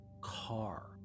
car